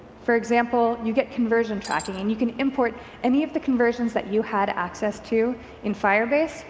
for example, you get conversion tracking and you can import any of the conversion s that you had access to in firebase,